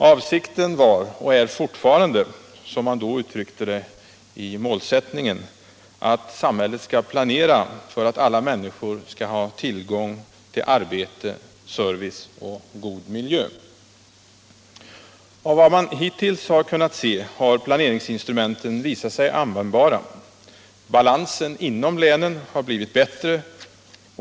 Avsikten var och är fortfarande, som man då uttryckte det i sin målsättning, att samhället skall planera för ”att alla människor skall ha tillgång till arbete, service och god miljö”. Av vad man hittills kunnat se, har planeringsinstrumenten visat sig användbara. Balansen inom länen har blivit bättre.